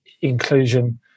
inclusion